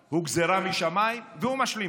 הוא גזרה משמיים, והוא משלים איתה.